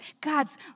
God's